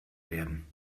werden